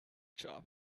job